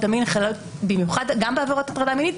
המין חלות גם בעבירות הטרדה מינית,